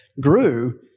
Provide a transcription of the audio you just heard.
grew